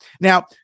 Now